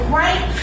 right